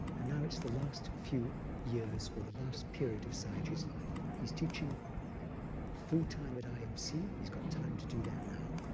and now it's the last few years or the last period of sayagyi's life. he's teaching full-time at imc. he's got time to do that now.